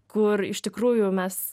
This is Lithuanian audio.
kur iš tikrųjų mes